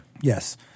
Yes